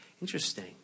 Interesting